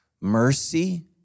mercy